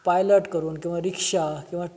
pilot करून किंवा rickshaw करून किंवा